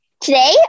Today